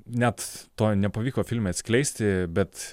net to nepavyko filme atskleisti bet